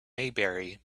maybury